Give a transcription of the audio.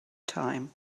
time